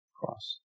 Cross